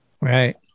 right